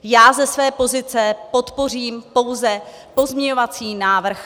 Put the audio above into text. Já ze své pozice podpořím pouze pozměňovací návrh